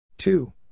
Two